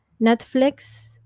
netflix